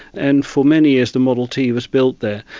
and for many years the model t was built there.